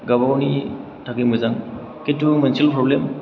गावबा गावनि थाखाय मोजां खिन्थु मोनसेल' फ्रब्लेम